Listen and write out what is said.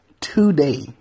today